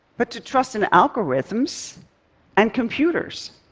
but to trust in algorithms and computers.